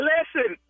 Listen